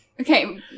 okay